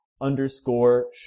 underscore